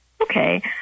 Okay